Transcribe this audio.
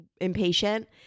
impatient